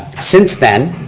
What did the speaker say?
since then,